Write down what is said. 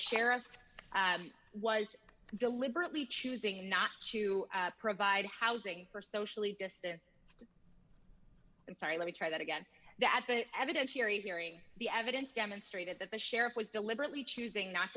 sheriff was deliberately choosing not to provide housing for socially distant i'm sorry let me try that again that but evidentiary hearing the evidence demonstrated that the sheriff was deliberately choosing not